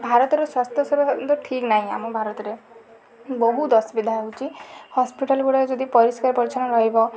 ଭାରତରେ ସ୍ୱାସ୍ଥ୍ୟ ସେବା କେନ୍ଦ୍ର ଠିକ୍ ନାହିଁ ଆମ ଭାରତରେ ବହୁତ ଅସୁବିଧା ହେଉଛି ହସ୍ପିଟାଲ୍ ଗୁଡ଼ାକ ଯଦି ପରିଷ୍କାର ପରିଚ୍ଛନ୍ନ ରହିବ